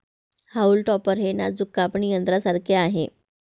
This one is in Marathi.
हाऊल टॉपर हे नाजूक कापणी यंत्रासारखे आहे